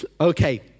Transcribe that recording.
Okay